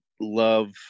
love